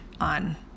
on